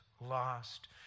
lost